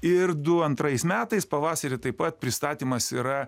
ir du antrais metais pavasarį taip pat pristatymas yra